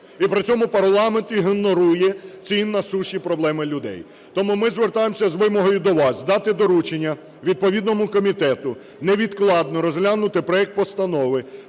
і при цьому парламент ігнорує ці насущні проблеми людей. Тому ми звертаємося із вимогою до вас дати доручення відповідному комітету невідкладно розглянути проект Постанови